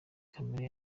kamere